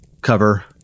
cover